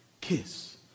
kiss